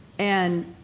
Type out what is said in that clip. and